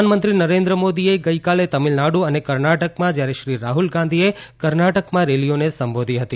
પ્રધાનમંત્રી નરેન્દ્ર મોદીએ ગઇકાલે તમિલનાડુ અને કર્ણાટકમાં જયારે શ્રી રાહ્લ ગાંધીએ કર્ણાટકમાં રેલીઓને સંબોધી હતી